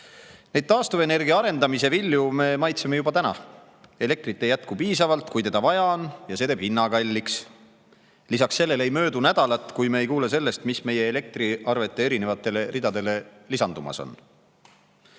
Taastuvenergia arendamise vilju me maitseme juba täna: elektrit ei jätku, kui seda vaja on, ja see teeb hinna kalliks. Lisaks sellele ei möödu nädalatki, kui me ei kuule sellest, mis meie elektriarvete erinevatele ridadele lisandumas on.